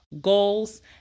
goals